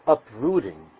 uprooting